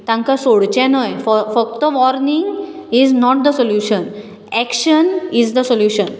तांकां सोडचे न्हय फक्त warning is not the solution action is the solution